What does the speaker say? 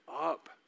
up